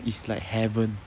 it's like heaven